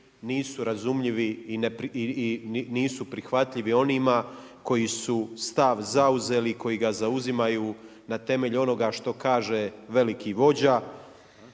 nisu razumljivi i nisu prihvatljivi onima koji su stav zauzeli, koji ga zauzimaju na temelju onoga što kaže veliki vođa,